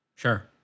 Sure